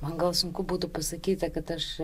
man gal sunku būtų pasakyti kad aš